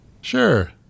Sure